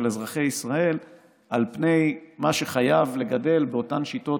אזרחי ישראל לעומת מה שחייבים לגדל באותן שיטות